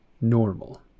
normal